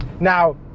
Now